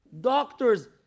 Doctors